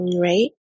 right